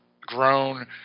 grown